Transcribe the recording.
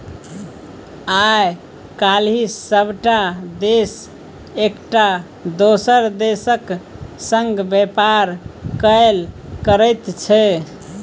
आय काल्हि सभटा देश एकटा दोसर देशक संग व्यापार कएल करैत छै